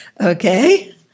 Okay